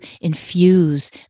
infuse